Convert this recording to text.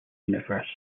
universe